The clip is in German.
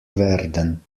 werden